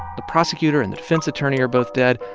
the prosecutor and the defense attorney are both dead,